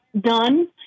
done